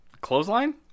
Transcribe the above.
Clothesline